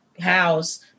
house